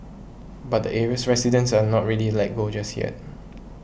but the area's residents are not ready let go just yet